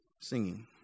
singing